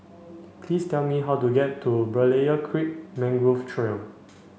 please tell me how to get to Berlayer Creek Mangrove Trail